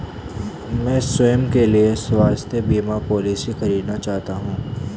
मैं स्वयं के लिए स्वास्थ्य बीमा पॉलिसी खरीदना चाहती हूं